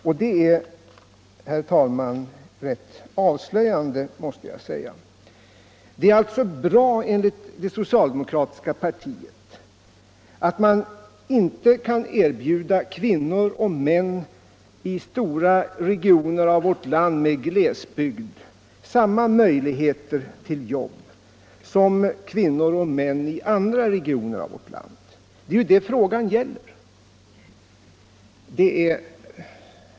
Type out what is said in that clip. Jag måste säga, herr talman, att det är rätt avslöjande. Det är alltså tillfredsställande enligt det socialdemokratiska partiet, att kvinnor och män i stora regioner av vårt land med glesbygd inte kan erbjudas samma möjligheter till jobb som kvinnor och män i andra regioner av vårt land. Det är ju det frågan gäller.